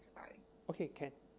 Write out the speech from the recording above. okay can